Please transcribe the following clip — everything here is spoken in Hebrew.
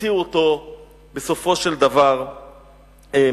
הוציאו אותו בסופו של דבר מת.